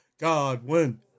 Godwin